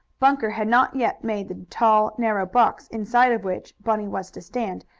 banker had not yet made the tall, narrow box, inside of which bunny was to stand,